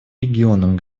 регионом